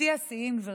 שיא השיאים, גברתי,